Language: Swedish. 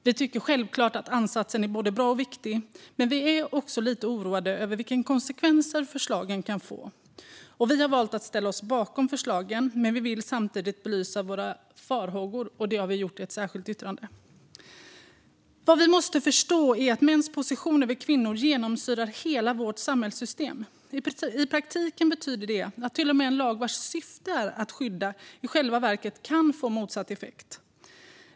Vi tycker självklart att ansatsen är både bra och viktig, men vi är också lite oroade över vilka konsekvenser som förslagen kan få. Vi har valt att ställa oss bakom förslagen, men vi vill samtidigt belysa de farhågor vi har, vilket vi har gjort i ett särskilt yttrande. Vi måste förstå att mäns position över kvinnor genomsyrar hela vårt samhällssystem. I praktiken betyder det att till och med en lag vars syfte är att ge skydd i själva verket kan få motsatt effekt.